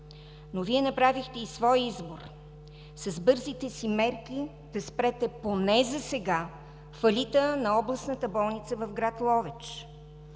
Но Вие направихте и своя избор с бързите си мерки да спрете поне засега фалита на областната болница в град Ловеч.